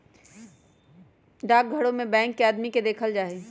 डाकघरो में बैंक के आदमी के देखल जाई छई